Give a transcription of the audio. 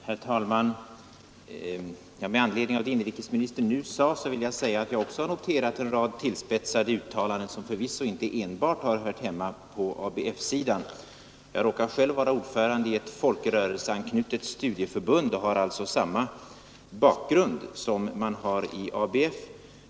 Herr talman! Med anledning av det som inrikesministern nu sade vill jag framhålla, att också jag har sett en rad tillspetsade uttalanden, som kanske inte har kommit enbart från ABF-håll. Jag råkar själv vara ordförande i ett folkrörelseanknutet studieförbund och har alltså samma bakgrund som många i ABF.